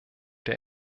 der